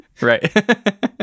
Right